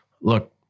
look